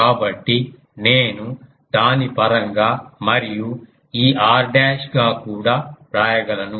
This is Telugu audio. కాబట్టి నేను దాని పరంగా మరియు ఈ r డాష్ గా కూడా వ్రాయగలను